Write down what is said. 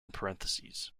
parentheses